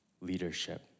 leadership